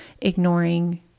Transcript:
ignoring